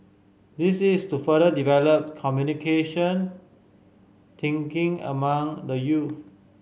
this is to further develop communication thinking among the young